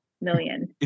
million